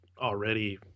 already